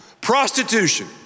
prostitution